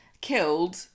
killed